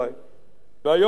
והיום אנחנו עוסקים,